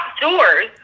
doors